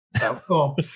cool